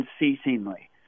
unceasingly